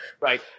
Right